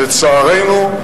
לצערנו,